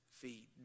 feet